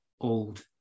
old